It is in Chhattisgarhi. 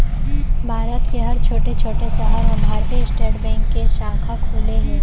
भारत के हर छोटे छोटे सहर म भारतीय स्टेट बेंक के साखा खुले हे